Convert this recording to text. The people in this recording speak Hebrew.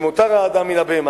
שמותר האדם מן הבהמה.